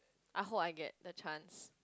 I hope I get the chance